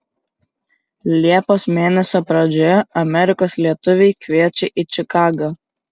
liepos mėnesio pradžioje amerikos lietuviai kviečia į čikagą